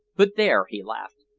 but there! he laughed,